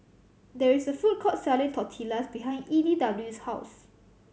there is a food court selling Tortillas behind E D W 's house